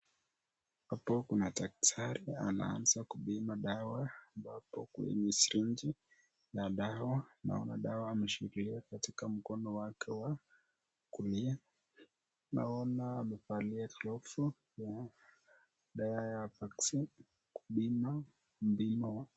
Hapo kuna daktri anaanza kupima dawa ambapo kwenye sirinji la dawa naona dawa ameshikilia katika mkono wake wa kulia. Naona amevalia glovzi ya dawa ya (cs) vaccine (cs) kupima mpimo wa.